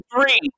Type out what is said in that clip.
three